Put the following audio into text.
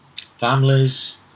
families